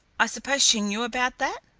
i suppose she knew about that?